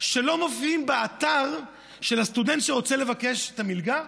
שלא מופיעים באתר לסטודנט שרוצה לבקש את המלגה?